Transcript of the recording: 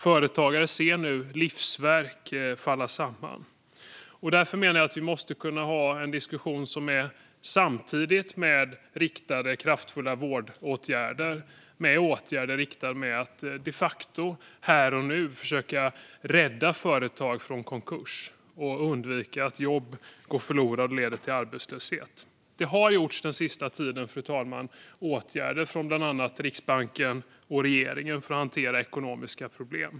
Företagare ser nu sina livsverk falla samman. Jag menar att vi därför ska kunna ha en diskussion, samtidigt som vi har riktade, kraftfulla vårdåtgärder, för att de facto - här och nu - försöka rädda företag från konkurs och undvika att jobb går förlorade och att det leder till arbetslöshet. Den senaste tiden har åtgärder vidtagits av bland andra Riksbanken och regeringen för att hantera ekonomiska problem.